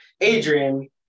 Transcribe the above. Adrian